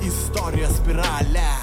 istorijos spiralę